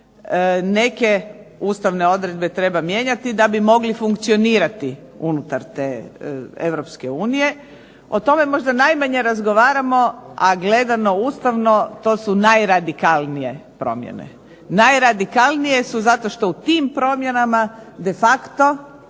neke Ustavne odredbe treba mijenjati da bi mogle funkcionirati unutar te Europske unije, o tome možda najmanje razgovaramo a gledano ustavno to su najradikalnije promjene. Najradikalnije su zato što tim promjenama de facto